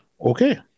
Okay